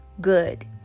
good